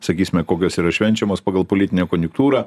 sakysime kokios yra švenčiamos pagal politinę konjunktūrą